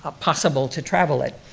ah possible to travel it.